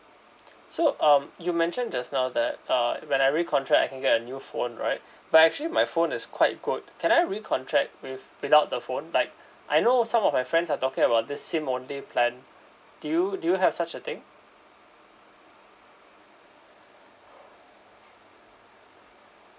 so um you mentioned just now that uh when I recontract I can get a new phone right but actually my phone is quite good can I recontract with~ without the phone like I know some of my friends are talking about this SIM only plan do you do you have such a thing